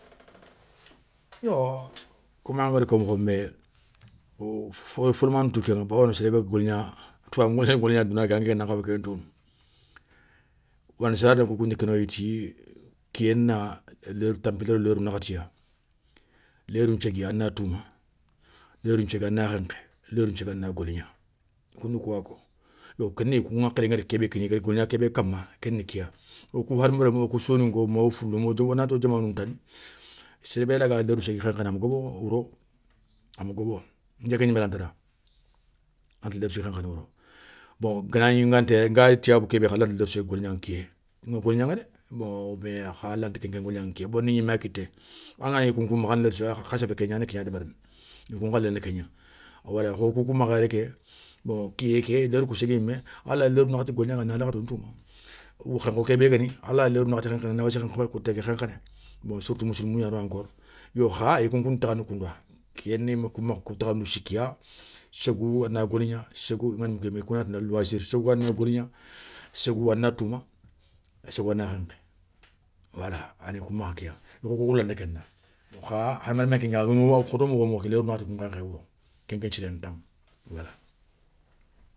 Yo koma ngada ko mokhon bé owa folomané tou kéŋa bawoni séré ga golgna toubabou ngolé ŋa douna ké anké nan khaw ken tounou, wana sara ni kounkou ndou kénoye ti kiyé na tanpilé do lérouni nakhati ya, lerou ni nthiégui a na touma, lérnou nthiégui a na khenkhé, lérnou nthéigui a na goligna, kouna kouwa yo kéni i kou ŋakhilé ngada ké bé kiniya i goligna kébé kamma, kéni kéya. Wo kou hadama remmou wo kou soninko mawo foulou wonato diamanou ntana séré bé raga lérnou ségui khenkhene ama gobo wouro, ama gobo, nké ké gnimé lanta da, anta lérni ségui khenkhéné wouro. bon ganagni nganta yéré nga tiyabou kébé kha lanta lérnou ségui golgnaŋa kiyé, ŋa golgnaŋa dé bon mais kha lanta nké ken golgnaŋa kiyé, bon ni gnima kité, anganagni kounkou makha ana lérou kha séfé ti kégna ana kégna débérini, i koun khalé na kégna, wala kho koukou makha yéré ké, bon kiyé ké lérou kou ségui yimé, alay lérni nakhati golgnaŋa, a na nakhato ntouma. ou khenkho ké bé guéni a lawa lérnou nakhati khenkhéné a na wassé kouté ké khenkhéné. Bon surtout missilmo gnanoye encore. Yo kha i kou nkounda takhandi koundouwa, kiyé ni makha kou takhandou sikkiya, ségou a na goligna ségou ngana moukéy ségou ana goligna, ségou ana touma ségou ana khénkhé. wala ani kou maha kéya kha a ga khoto mokho mokho sou lérni nakhati a na nkhawa na nkhekhé wouro ken nke nthirégnani taŋa wala.